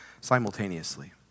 simultaneously